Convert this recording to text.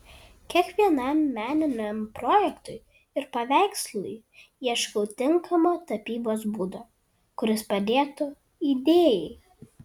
kiekvienam meniniam projektui ir paveikslui ieškau tinkamo tapybos būdo kuris padėtų idėjai